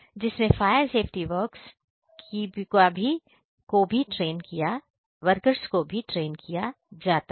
जिसमें fire safety workers को भी इधर ट्रेन किया है